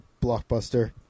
blockbuster